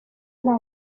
nta